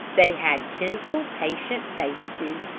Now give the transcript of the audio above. they had gentle, patient faces,